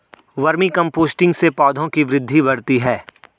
vermi composting से पौधों की वृद्धि बढ़ती है